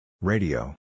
Radio